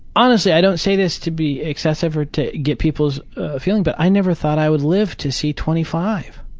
honestly i don't say this to be excessive or to get to people's feelings, but i never thought i would live to see twenty five.